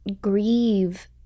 grieve